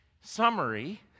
summary